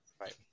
Right